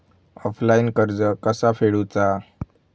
Offline कर्ज कसा फेडूचा?